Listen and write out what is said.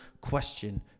question